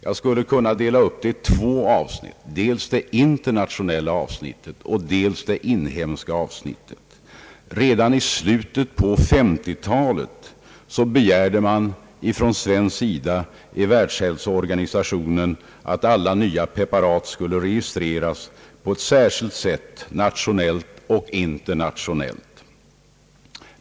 Jag skulle kunna dela upp beskrivningen i två avsnitt, dels det internationella, dels det inhemska. Redan i slutet av 1950-talet begärde man från svensk sida i Världshälsoorganisationen att alla nya preparat skulle registreras på ett särskilt sätt, nationellt och internationellt.